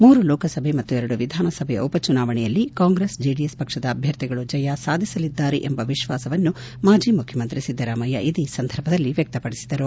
ಮೂರು ಲೋಕಸಭೆ ಮತ್ತು ಎರಡು ವಿಧಾನಸಭೆಯ ಉಪಚುನಾವಣೆಯಲ್ಲಿ ಕಾಂಗ್ರೆಸ್ ಜೆಡಿಎಸ್ ಪಕ್ಷದ ಅಭ್ಯರ್ಥಿಗಳು ಜಯ ಸಾಧಿಸಲಿದ್ದಾರೆ ಎಂಬ ವಿಶ್ವಾಸವನ್ನು ಮಾಜಿ ಮುಖ್ಯಮಂತ್ರಿ ಸಿದ್ದರಾಮಯ್ಯ ಇದೇ ಸಂದರ್ಭದಲ್ಲಿ ವ್ಯಕ್ತಪಡಿಸಿದರು